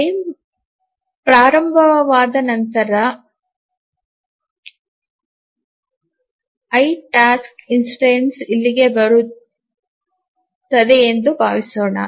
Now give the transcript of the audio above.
frame ಪ್ರಾರಂಭವಾದ ನಂತರ i task instance ಇಲ್ಲಿಗೆ ಬರುತ್ತೇನೆ ಎಂದು ಭಾವಿಸೋಣ